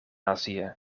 azië